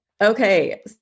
Okay